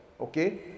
Okay